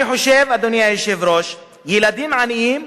אני חושב, אדוני היושב-ראש, ילדים עניים,